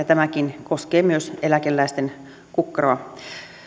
ja tämäkin koskee myös eläkeläisten kukkaroa